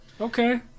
Okay